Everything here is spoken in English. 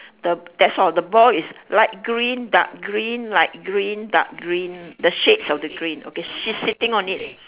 the that's all the ball is light green dark green light green dark green the shades of the green okay she's sitting on it